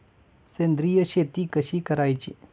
सेंद्रिय शेती कशी करायची?